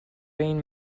این